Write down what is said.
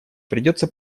придется